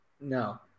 No